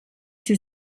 sie